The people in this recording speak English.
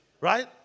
right